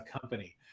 company